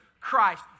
Christ